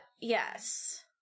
yes